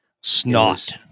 snot